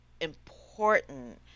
important